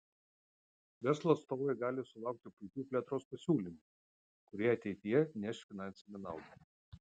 verslo atstovai gali sulaukti puikių plėtros pasiūlymų kurie ateityje neš finansinę naudą